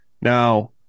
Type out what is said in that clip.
Now